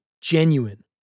Genuine